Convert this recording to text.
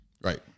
Right